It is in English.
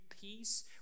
peace